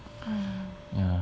ah